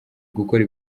gukora